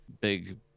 big